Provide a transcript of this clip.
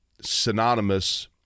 synonymous